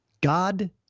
God